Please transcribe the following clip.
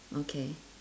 okay